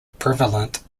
prevalent